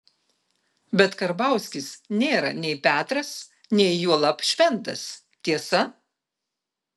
bet karbauskis nėra nei petras nei juolab šventas tiesa